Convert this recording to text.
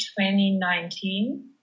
2019